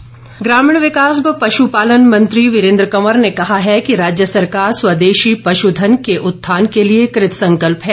वीरेन्द्र कंवर ग्रामीण विकास व पश्पालन मंत्री वीरेन्द्र कंवर ने कहा है कि राज्य सरकार स्वदेशी पश्चन के उत्थान के लिए कृतसंकल्प है